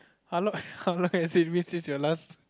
how long how long has it been since your last